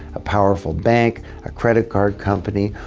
a powerful bank, a credit card company,